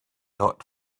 not